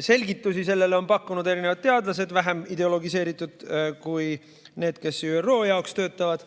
Selgitusi sellele on pakkunud erinevad teadlased, vähem ideologiseeritud kui need, kes ÜRO jaoks töötavad.